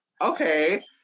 okay